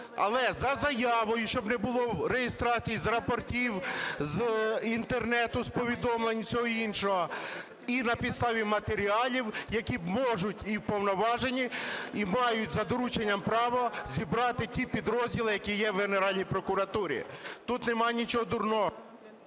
але за заявою, щоб не було реєстрації з рапортів, з Інтернету, з повідомлень, всього іншого, і на підставі матеріалів, які можуть і вповноважені, і мають за дорученням право зібрати ті підрозділи, які є в Генеральній прокуратурі. Тут немає нічого дурного…